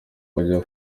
bajya